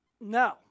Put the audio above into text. No